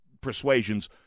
persuasions